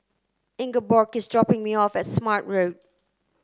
Ingeborg is dropping me off at Smart Road